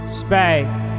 space